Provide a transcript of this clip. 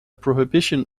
prohibition